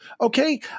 Okay